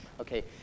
Okay